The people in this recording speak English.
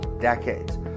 decades